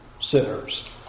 sinners